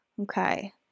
Okay